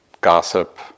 gossip